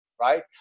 right